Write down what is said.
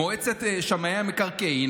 מועצת שמאי המקרקעין,